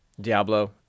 Diablo